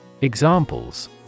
Examples